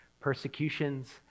persecutions